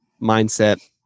mindset